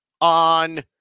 on